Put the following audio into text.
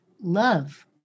Love